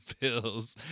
pills